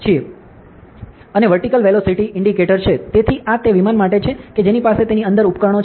અને vertical velocity indicator છે તેથી આ તે વિમાન માટે છે કે જેની પાસે તેની અંદર ઉપકરણો છે